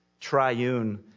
triune